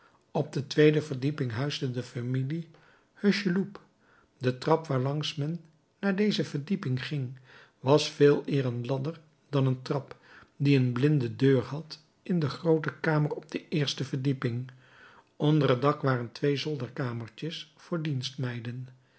op de tweede verdieping huisde de familie hucheloup de trap waarlangs men naar deze verdieping ging was veeleer een ladder dan een trap die een blinde deur had in de groote kamer op de eerste verdieping onder het dak waren twee zolderkamertjes voor